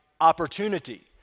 opportunity